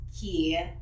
key